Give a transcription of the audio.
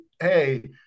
hey